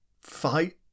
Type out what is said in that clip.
fight